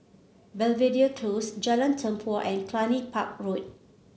Belvedere Close Jalan Tempua and Cluny Park Road